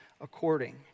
according